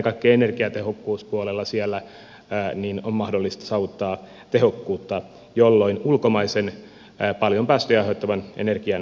ja ennen kaikkea energiatehokkuuspuolella on mahdollista saavuttaa tehokkuutta jolloin ulkomaisen paljon päästöjä aiheuttavan energian tuonti vähenee